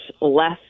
less